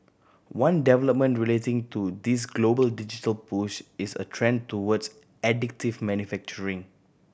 one development relating to this global digital push is a trend towards additive manufacturing